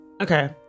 Okay